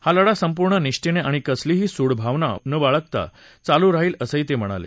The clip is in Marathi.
हा लढा संपूर्ण निष्ठेनं आणि कसलीही सूडभावना न बाळगता चालू राहील असं ते म्हणाले